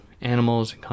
animals